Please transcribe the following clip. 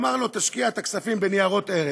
אמר לו: תשקיע את הכספים בניירות ערך,